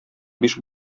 биш